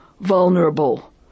vulnerable